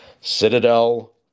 Citadel